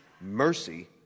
mercy